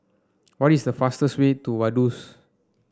what is the fastest way to Vaduz